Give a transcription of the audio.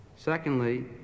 Secondly